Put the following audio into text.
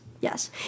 Yes